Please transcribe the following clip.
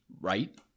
right